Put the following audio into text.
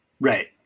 Right